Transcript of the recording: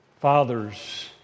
fathers